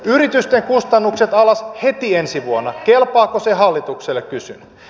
yritysten kustannukset alas heti ensi vuonna kelpaako se hallitukselle kysyn